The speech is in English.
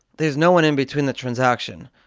there's no one in between the transaction.